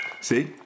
See